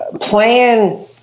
plan